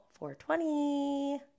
420